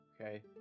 Okay